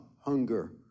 hunger